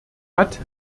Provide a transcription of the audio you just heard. hat